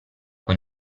con